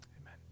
Amen